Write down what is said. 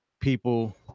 people